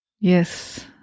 Yes